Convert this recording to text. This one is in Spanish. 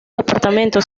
departamento